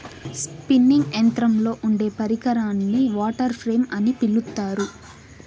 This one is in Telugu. స్పిన్నింగ్ యంత్రంలో ఉండే పరికరాన్ని వాటర్ ఫ్రేమ్ అని పిలుత్తారు